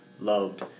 loved